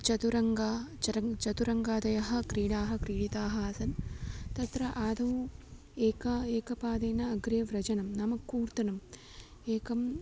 चदुरङ्गाद्याः चर् चतुरङ्गाद्याः क्रीडाः क्रीडिताः आसन् तत्र आदौ एकेन एकपादेन अग्रे गमनं नाम कूर्दनम् एकं